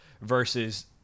versus